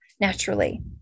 naturally